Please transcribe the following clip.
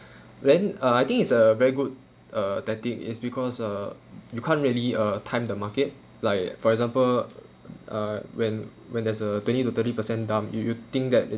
when uh I think it's a very good uh tactic is because uh you can't really uh time the market like for example uh when when there's a twenty to thirty percent dumb you you think that it's